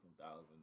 thousand